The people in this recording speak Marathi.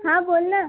हा बोल ना